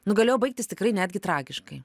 nu galėjo baigtis tikrai netgi tragiškai